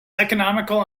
economical